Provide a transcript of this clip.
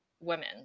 women